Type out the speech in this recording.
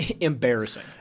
embarrassing